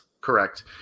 Correct